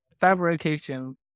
Fabrication